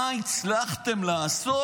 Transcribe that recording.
מה הצלחתם לעשות?